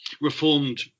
reformed